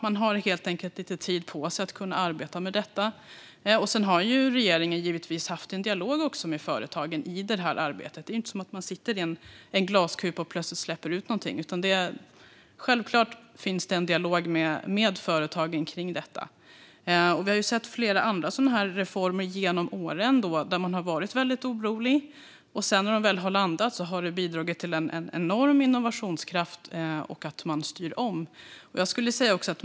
Man har lite tid på sig att arbeta med detta. Sedan har regeringen givetvis haft en dialog med företagen. Det är inte så att man sitter i en glaskupa och plötsligt släpper ut något. Självklart finns en dialog med företagen. Det har varit flera andra reformer genom åren där man har varit orolig. När reformerna väl har landat har de bidragit till en enorm innovationskraft att styra om.